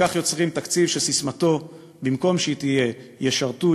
וכך יוצרים תקציב שבמקום שססמתו תהיה: ישרתו,